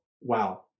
wow